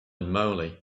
moly